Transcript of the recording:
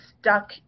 stuck